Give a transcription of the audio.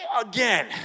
Again